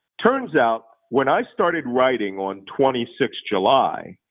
turns out, when i started writing on twenty six july,